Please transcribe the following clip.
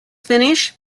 finish